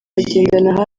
bagendana